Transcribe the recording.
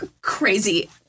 crazy